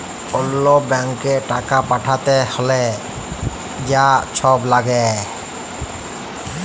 অল্য ব্যাংকে টাকা পাঠ্যাতে হ্যলে যা ছব ল্যাগে